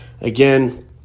again